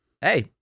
hey